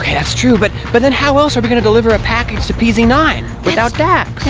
ah that's true, but, but then how else are we gonna deliver a package to p z nine? without dax?